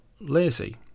lazy